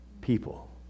people